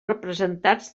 representats